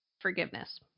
forgiveness